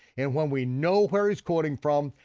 and when we know where he's quoting from,